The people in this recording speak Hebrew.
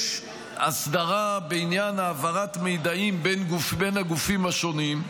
יש אסדרה בעניין העברת מידעים בין הגופים השונים.